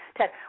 Ted